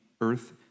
earth